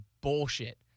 bullshit